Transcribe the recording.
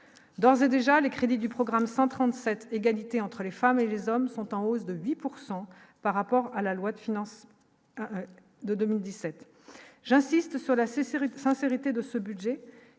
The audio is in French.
dans déjà les crédits du programme 137, égalité entre les femmes et les hommes sont en hausse de 8 pourcent par rapport à la loi de finances de 2017, j'insiste sur la CSeries de sincérité de ce budget,